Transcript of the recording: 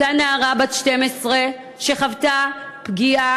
אותה נערה בת 12 שחוותה פגיעה,